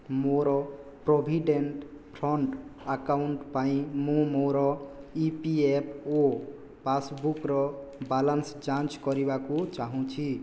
ମୋର provident fund account ପାଇଁ ମୁଁ ମୋର ଇ ପି ଏଫ୍ ଓ ପାସ୍ବୁକ୍ର ବାଲାନ୍ସ ଯାଞ୍ଚ କରିବାକୁ ଚାହୁଁଛି